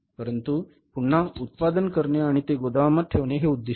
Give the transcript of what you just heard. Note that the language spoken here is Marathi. परंतु पुन्हा उत्पादन करणे आणि ते गोदामात ठेवणे हे उद्दीष्ट नाही